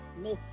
Miss